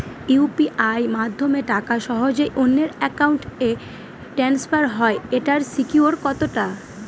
UPI মাধ্যমে টাকা সহজেই অন্যের অ্যাকাউন্ট ই ট্রান্সফার হয় এইটার সিকিউর কত টা?